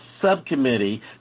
subcommittee